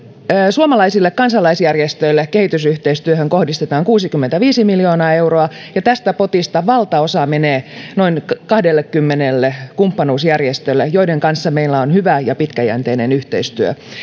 suomalaisille kansalaisjärjestöille kehitysyhteistyöhön kohdistetaan kuusikymmentäviisi miljoonaa euroa ja tästä potista valtaosa menee noin kahdellekymmenelle kumppanuusjärjestölle joiden kanssa meillä on hyvä ja pitkäjänteinen yhteistyö